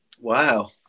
Wow